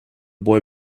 boy